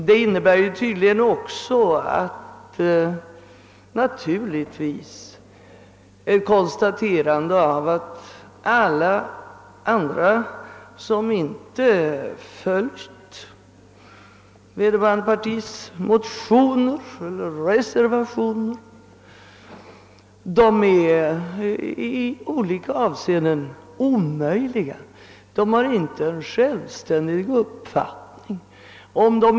Det innebär naturligtvis också ett konstaterande av att alla andra, som inte följt vederbörande partis motioner eller reservationer, i olika avseenden är omöjliga och saknar en självständig uppfattning.